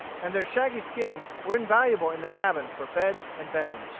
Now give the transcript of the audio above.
and their shaggy skins were invaluable in the cabin for beds and bedding.